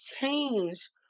change